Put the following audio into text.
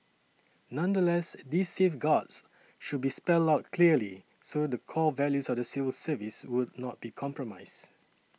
nonetheless these safeguards should be spelled out clearly so the core values of the civil service would not be compromised